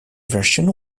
version